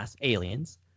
Aliens